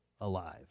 alive